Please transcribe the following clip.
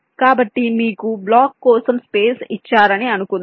కాబట్టి మీకు బ్లాక్ కోసం స్పేస్ ఇచ్చారని అనుకుందాం